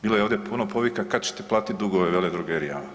Bilo je ovdje puno povika kad ćete platiti dugove veledrogerijama.